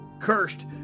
Cursed